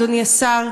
אדוני השר,